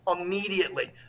immediately